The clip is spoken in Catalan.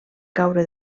caure